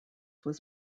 was